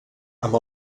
amb